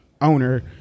owner